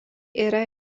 yra